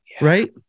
right